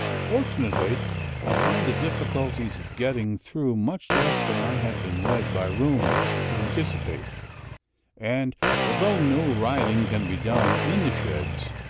fortunately i find the difficulties of getting through much less than i had been led by rumors to anticipate and although no riding can be done in the sheds,